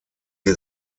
sie